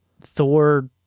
thor